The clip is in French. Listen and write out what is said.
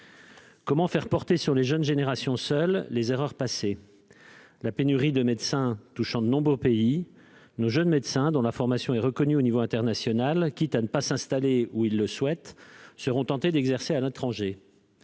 Comment ferait-on peser sur les jeunes générations seules les erreurs passées ? La pénurie de médecins touchant de nombreux pays, nos jeunes médecins, dont la formation est reconnue au niveau international, quitte à ne pas s'installer où ils le souhaitent, seront tentés d'exercer à l'étranger.